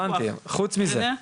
הבנתי, חוץ מזה?